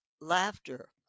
laughter